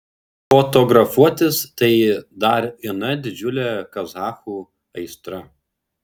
fotografuotis tai dar viena didžiulė kazachų aistra